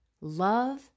Love